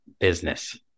business